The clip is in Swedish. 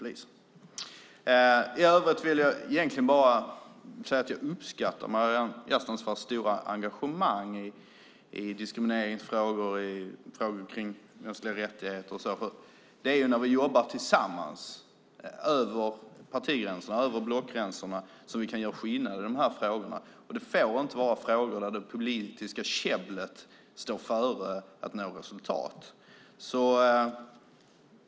I övrigt vill jag säga att jag uppskattar Maryam Yazdanfars stora engagemang i diskrimineringsfrågor, frågor om mänskliga rättigheter och så vidare. Det är när vi jobbar tillsammans över partigränserna och blockgränser som vi kan göra skillnad när det gäller dessa frågor. De får inte bli frågor där det politiska käbblet går före viljan att nå resultat.